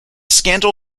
scandal